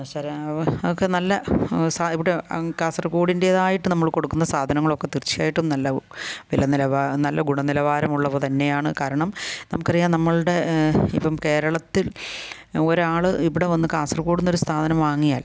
ശരാ ഒക്കെ നല്ല സ ഇപ്പട്ട കാസർഗോഡിൻറ്റേതായിട്ട് നമ്മൾ കൊടുക്കുന്ന സാധനങ്ങളൊക്കെ തീർച്ചയായിട്ടും നല്ല വില നിലവാര നല്ല ഗുണനിലവാരമുള്ളവ തന്നെയാണ് കാരണം നമുക്കറിയാം നമ്മുടെ ഇപ്പം കേരളത്തിൽ ഒരാൾ ഇവിടെ വന്ന് കാസർഗോഡിൽ നിന്ന് ഒരു സാധനം വാങ്ങിയാൽ